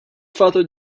father